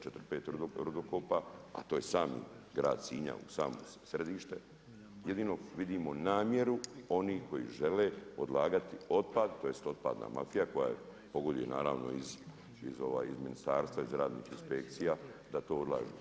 4, 5 rudokopa, a to je sami grad Sinja u samo središte, jedino vidimo namjeru oni koji žele odlagati otpad tj. otpadna mafija koja … iz ministarstva iz raznih inspekcija da to odlažu.